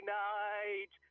night